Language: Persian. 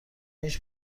هیچ